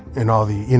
and all the, you know,